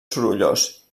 sorollós